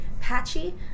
patchy